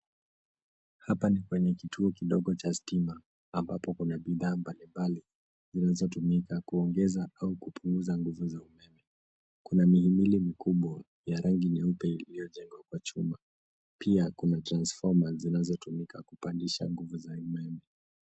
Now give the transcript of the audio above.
Hapa ni kwenye kituo kidogo cha stima ambapo kuna bidhaa mbalimbali zinazotumika kuongeza au kupunguza nguvu za umeme. Kuna mihimili mikubwa ya rangi nyeupe iliyojengwa kwa chuma. Pia kuna transfoma zinazotumika kupandisha nguvu za umeme.